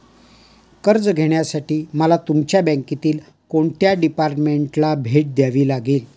कर्ज घेण्यासाठी मला तुमच्या बँकेतील कोणत्या डिपार्टमेंटला भेट द्यावी लागेल?